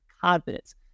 confidence